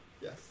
Yes